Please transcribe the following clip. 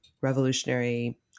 revolutionary